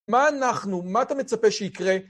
מה אנחנו? מה אתה מצפה שיקרה?